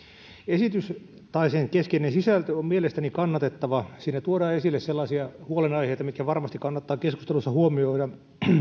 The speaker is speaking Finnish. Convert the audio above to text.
esitys sen keskeinen sisältö on mielestäni kannatettava siinä tuodaan esille sellaisia huolenaiheita mitkä varmasti kannattaa keskustelussa huomioida